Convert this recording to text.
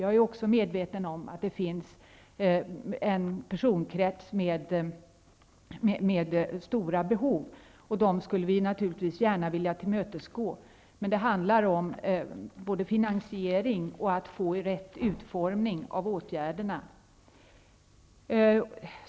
Jag är medveten om att det finns en personkrets med stora behov. Den skulle vi naturligtvis gärna vilja tillmötesgå, men det handlar om både finansering och att få en rätt utformning av åtgärderna.